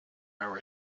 our